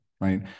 right